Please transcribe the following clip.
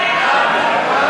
מי בעד?